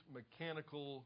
mechanical